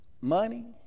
money